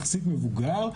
יחסית מבוגר,